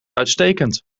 uitstekend